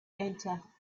enter